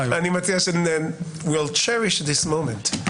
אני מציע ש- will cherish this moment.